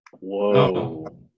Whoa